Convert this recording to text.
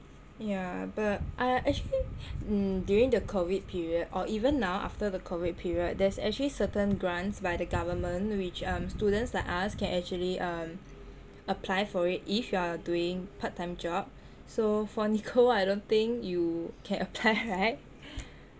ya but I actually mm during the COVID period or even now after the COVID period there's actually certain grants by the government which um students like us can actually um apply for it if you are doing part time job so for nicole I don't think you can apply right